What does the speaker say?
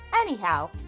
Anyhow